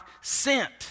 sent